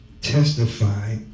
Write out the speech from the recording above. testify